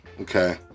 Okay